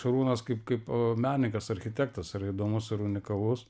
šarūnas kaip kaip menininkas architektas yra įdomus ir unikalus